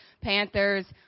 panthers